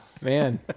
Man